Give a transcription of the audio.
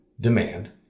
demand